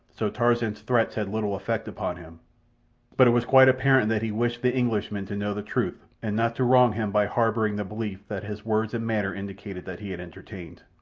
so tarzan's threats had little effect upon him but it was quite apparent that he wished the englishman to know the truth and not to wrong him by harbouring the belief that his words and manner indicated that he had entertained.